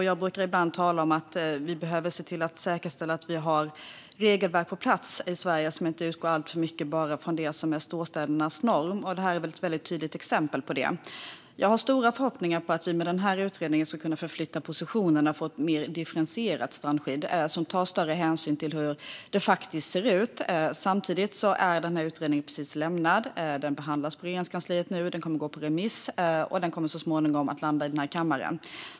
Jag brukar ibland tala om att vi måste säkerställa att vi i Sverige har regelverk på plats som inte utgår alltför mycket från bara storstädernas norm. Det här är ett tydligt exempel på detta. Jag har stora förhoppningar om att vi med utredningen ska kunna förflytta positionerna och få ett mer differentierat strandskydd som tar större hänsyn till hur det faktiskt ser ut. Men utredningen har precis lämnats och behandlas nu på Regeringskansliet. Den kommer att gå ut på remiss och kommer så småningom att landa här i kammaren.